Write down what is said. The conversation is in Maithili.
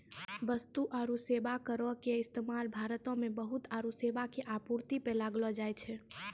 वस्तु आरु सेबा करो के इस्तेमाल भारतो मे वस्तु आरु सेबा के आपूर्ति पे लगैलो जाय छै